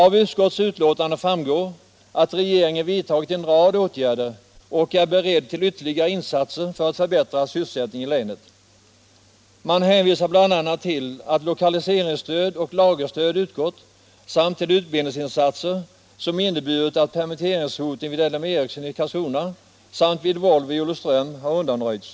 Av utskottets betänkande framgår att regeringen vidtagit en rad åtgärder och är beredd till ytterligare insatser för att förbättra sysselsättningen i länet. Utskottet hänvisar bl.a. till att lokaliseringsstöd och lagerstöd utgått samt till utbildningsinsatser som inneburit att permitteringshoten vid L M Ericsson i Karlskrona och vid Volvo i Olofström har undanröjts.